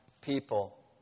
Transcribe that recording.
people